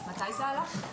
מתי זה עלה?